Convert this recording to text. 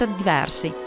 diversi